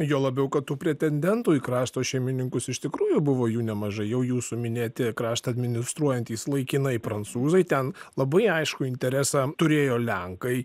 juo labiau kad tų pretendentų į krašto šeimininkus iš tikrųjų buvo jų nemažai jau jūsų minėti kraštą administruojantys laikinai prancūzai ten labai aiškų interesą turėjo lenkai